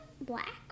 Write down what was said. Black